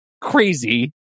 crazy